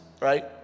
right